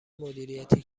مدیریتی